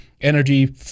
energy